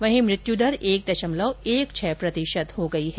वहीं मृत्युदर एक दशमलव एक छह प्रतिशत हो गई है